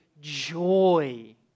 joy